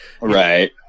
right